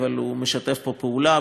אבל הוא משתף פה פעולה,